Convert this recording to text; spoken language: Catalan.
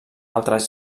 altres